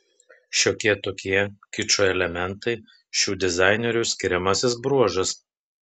šiokie tokie kičo elementai šių dizainerių skiriamasis bruožas